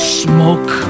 smoke